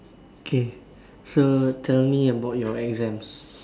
okay so tell me about your exams